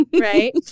right